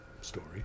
story